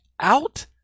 out